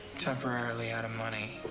temporarily out of money.